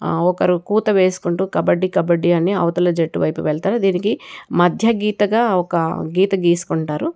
ఒకరు కూత వేసుకుంటూ కబడ్డీ కబడ్డీ అని అవతలి జట్టువైపు వెళతారు దీనికి మధ్యగీతగా ఒక గీత గీసుకుంటారు